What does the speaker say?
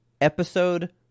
episode